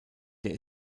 der